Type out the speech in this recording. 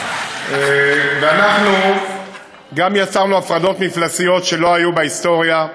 אנחנו גם יצרנו הפרדות מפלסיות שלא היו בהיסטוריה,